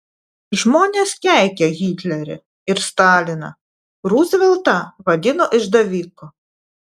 žmonės keikė hitlerį ir staliną ruzveltą vadino išdaviku